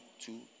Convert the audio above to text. two